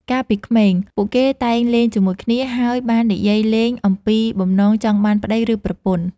កាលពីក្មេង ពួកគេតែងលេងជាមួយគ្នា ហើយបាននិយាយលេងអំពីបំណងចង់បានប្តី ឬប្រពន្ធ។